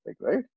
right